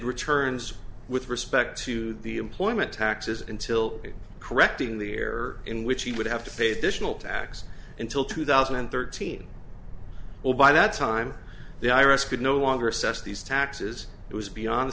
returns with respect to the employment taxes until correcting the error in which he would have to pay the tax until two thousand and thirteen well by that time the i r s could no longer assess these taxes it was beyond the